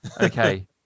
Okay